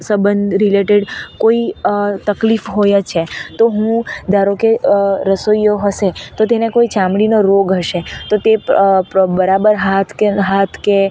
સંબંંધ related કોઈ તકલીફ હોય છે તો હું ધારોકે રસોઈઓ હશે તો તેને કોઈ ચામડીનો રોગ હશે તો તે બરાબર હાથ કે હાથ કે